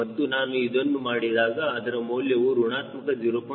ಮತ್ತು ನಾನು ಅದನ್ನು ಮಾಡಿದಾಗ ಅದರ ಮೌಲ್ಯವು ಋಣಾತ್ಮಕ 0